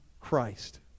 christ